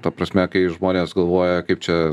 ta prasme kai žmonės galvoja kaip čia